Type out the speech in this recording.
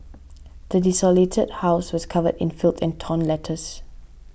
the desolated house was covered in filth and torn letters